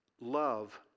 Love